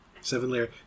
Seven-layer